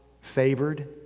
favored